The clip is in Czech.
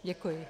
Děkuji.